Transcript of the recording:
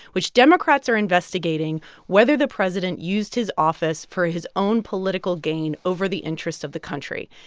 which democrats are investigating whether the president used his office for his own political gain over the interests of the country.